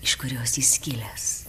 iš kurios į skyles